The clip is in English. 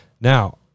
Now